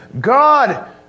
God